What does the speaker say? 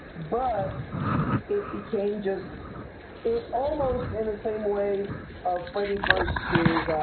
but it became just it almost in the same way of freddy vs. so